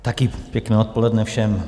Taky pěkné odpoledne všem.